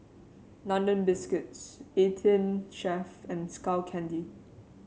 London Biscuits Eighteen Chef and Skull Candy